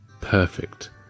perfect